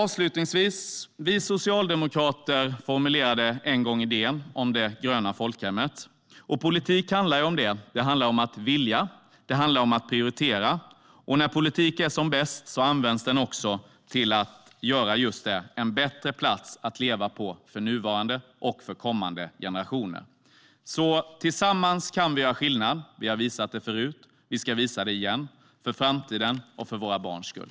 Vi socialdemokrater formulerade en gång idén om det gröna folkhemmet. Politik handlar om att vilja och att prioritera, och när politik är som bäst används den också till att göra jorden till en bättre plats att leva på för nuvarande och kommande generationer. Tillsammans kan vi göra skillnad. Vi har visat det förut, och vi ska visa det igen - för framtiden och för våra barns skull.